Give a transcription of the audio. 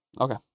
Okay